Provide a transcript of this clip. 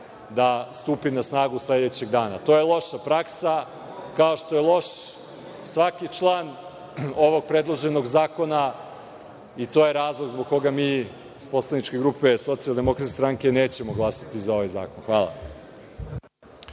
da stupi na snagu sledećeg dana? To je loša praksa, kao što je loš svaki član ovog predloženog zakona i to je razlog zbog koga mi iz poslaničke grupe Socijaldemokratske stranke nećemo glasati za ovaj zakon. hvala.